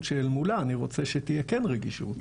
שאל מולה אני רוצה שתהיה כן רגישות.